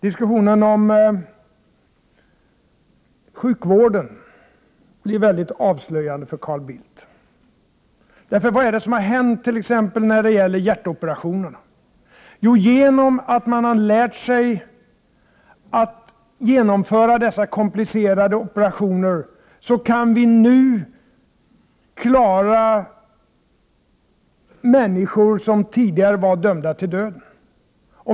Diskussionen om sjukvården är mycket avslöjande för Carl Bildt. Vad är det som har hänt när det t.ex. gäller hjärtoperationer? Jo, genom att man har lärt sig att genomföra dessa komplicerade operationer, kan man nu klara människor som tidigare var dömda till döden.